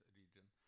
region